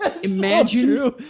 Imagine